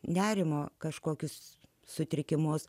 nerimo kažkokius sutrikimus